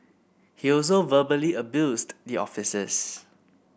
he also verbally abused the officers